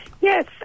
Yes